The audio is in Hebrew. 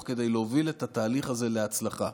כדי להוביל את התהליך הזה להצלחה.